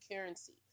currency